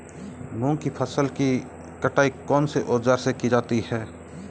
मूंग की फसल की कटाई कौनसे औज़ार से की जाती है?